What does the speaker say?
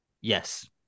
Yes